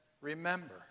remember